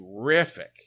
Terrific